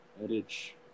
rich